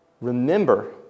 remember